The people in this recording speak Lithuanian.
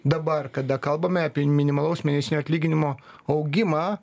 dabar kada kalbame apie minimalaus mėnesinio atlyginimo augimą